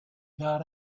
got